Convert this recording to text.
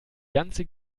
ganze